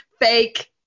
fake